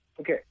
Okay